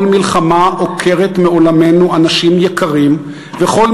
כל מלחמה עוקרת מעולמנו אנשים יקרים וכל